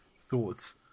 thoughts